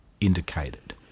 indicated